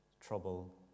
trouble